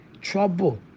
trouble